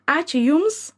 ačiū jums